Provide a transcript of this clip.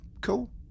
cool